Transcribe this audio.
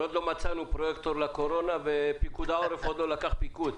עוד לא מצאנו פרויקטור לקורונה ופיקוד העורף עוד לא לקח פיקוד.